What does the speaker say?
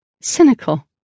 Cynical